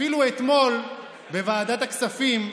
אפילו אתמול, בוועדת הכספים,